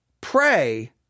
pray